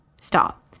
Stop